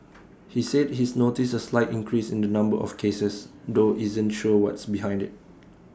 he said he's noticed A slight increase in the number of cases though isn't sure what's behind IT